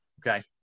okay